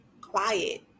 quiet